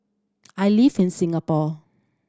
I live in Singapore